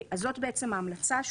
זאת בעצם ההמלצה.